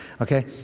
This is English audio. okay